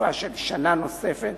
לתקופה של שנה נוספת,